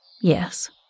Yes